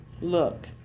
look